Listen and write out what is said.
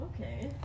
okay